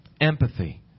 empathy